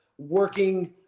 working